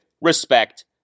respect